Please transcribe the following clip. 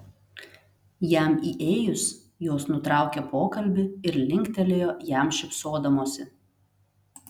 jam įėjus jos nutraukė pokalbį ir linktelėjo jam šypsodamosi